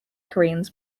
koreans